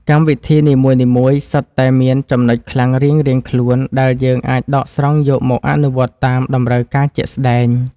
កម្មវិធីនីមួយៗសុទ្ធតែមានចំណុចខ្លាំងរៀងៗខ្លួនដែលយើងអាចដកស្រង់យកមកអនុវត្តតាមតម្រូវការជាក់ស្តែង។